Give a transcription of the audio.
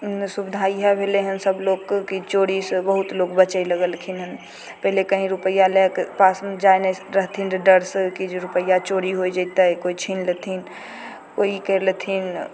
सुविधा इएहा भेलय हन सब लोगके कि चोरी सँ बहुत लोक बचय लागलखिन हन पहिले कहीं रुपैआ लै के पासमे जाइ नहि रहथिन रऽ डरसँ कि रुपैआ चोरी होइ जेतय कोइ छीन लेथिन कोइ ई करि लेथिन